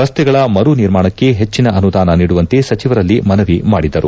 ರಸ್ತೆಗಳ ಮರು ನಿರ್ಮಾಣಕ್ಕೆ ಹೆಚ್ಚಿನ ಅನುದಾನ ನೀಡುವಂತೆ ಸಚಿವರಲ್ಲಿ ಮನವಿ ಮಾಡಿದರು